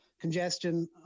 congestion